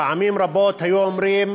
פעמים רבות היו אומרים: